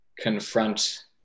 confront